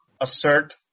assert